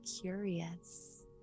curious